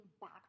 back